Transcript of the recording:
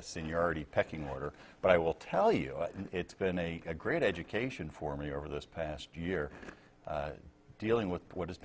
seniority pecking order but i will tell you it's been a great education for me over this past year dealing with what is